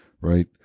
right